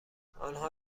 آنها